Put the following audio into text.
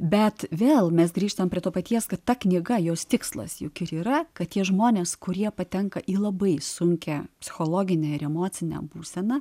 bet vėl mes grįžtam prie to paties kad ta knyga jos tikslas juk ir yra kad tie žmonės kurie patenka į labai sunkią psichologinę ir emocinę būseną